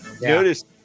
Notice